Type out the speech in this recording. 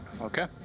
Okay